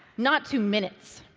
not two minutes.